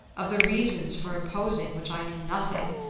of the reasons for imposing which i knew nothing,